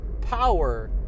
power